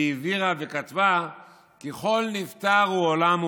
היא הבהירה וכתבה כי כל נפטר הוא עולם ומלואו,